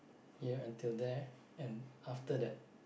here until there and after the